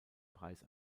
preis